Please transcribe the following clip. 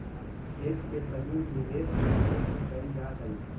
hedge के प्रयोग निवेश के तौर पर कैल जा हई